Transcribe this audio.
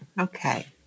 Okay